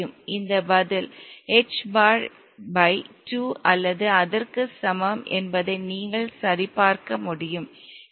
இந்த பதில் h பார் பை 2 அல்லது அதற்கு சமம் என்பதை நீங்கள் சரிபார்க்க முடியும்